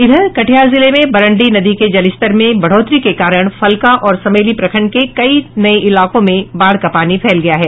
इधर कटिहार जिले में बरंडी नदी के जलस्तर में बढ़ोतरी के कारण फलका और समेली प्रखंड के कई नये इलाकों में बाढ़ का पानी फैल गया है